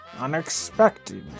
unexpected